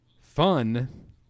fun